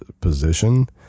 position